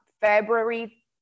February